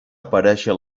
aparèixer